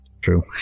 true